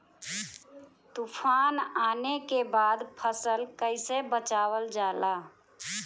तुफान आने के बाद फसल कैसे बचावल जाला?